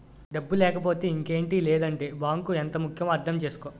డబ్బు లేకపోతే ఇంకేటి లేదంటే బాంకు ఎంత ముక్యమో అర్థం చేసుకో